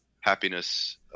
happiness